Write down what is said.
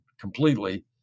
completely